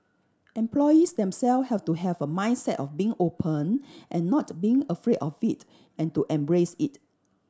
employees them self have to have a mindset of being open and not being afraid of it and to embrace it